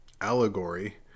allegory